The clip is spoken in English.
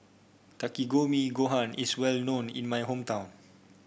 Takikomi Gohan is well known in my hometown